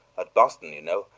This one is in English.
at boston, you know,